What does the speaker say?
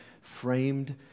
framed